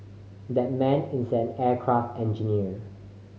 that man is an aircraft engineer